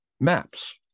maps